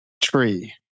tree